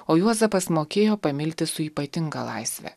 o juozapas mokėjo pamilti su ypatinga laisve